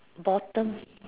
bottom